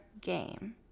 game